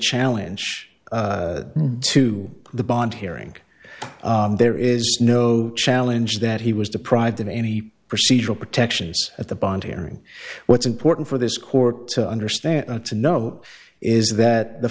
challenge to the bond hearing there is no challenge that he was deprived of any procedural protections at the bond hearing what's important for this court to understand or to know is that the